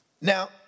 Now